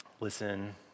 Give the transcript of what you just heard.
Listen